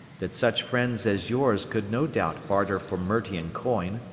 that such friends as yours could no doubt barter for mertian coin,